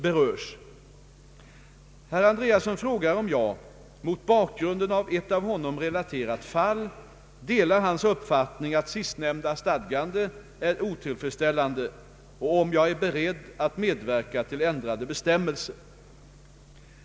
Herr Andreasson frågar om jag — mot bakgrunden av ett av honom relaterat fall — delar hans uppfattning att sistnämnda stadgande är otillfredsställande och om jag är beredd att medverka till ändrade bestämmelser.